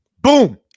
Boom